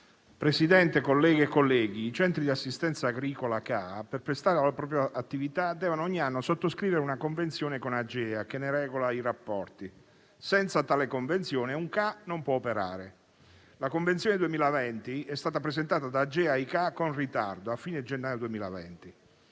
Presidente, i centri di assistenza agricola (CAA) per prestare la propria attività devono ogni anno sottoscrivere una convenzione con Agea, che ne regola i rapporti. Senza tale convenzione, un CAA non può operare. La convenzione 2020 è stata presentata da Agea e dai CAA con ritardo, a fine gennaio 2020,